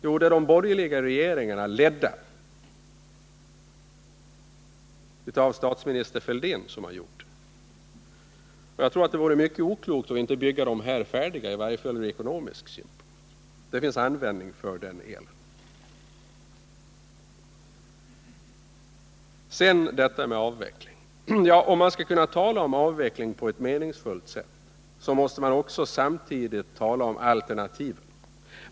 Jo, det är de borgerliga regeringarna ledda av statsminister Fälldin. Jag tror att det vore mycket oklokt, i varje fall från ekonomisk synpunkt, att inte bygga dessa aggregat färdiga. Det finns användning för dem. Sedan vill jag beröra detta med en avveckling. Om man skall kunna tala om avveckling på ett meningsfullt sätt, måste man också samtidigt tala om alternativ.